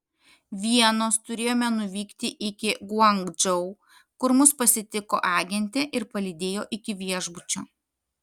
vienos turėjome nuvykti iki guangdžou kur mus pasitiko agentė ir palydėjo iki viešbučio